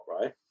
right